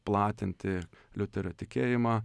platinti liuterio tikėjimą